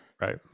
Right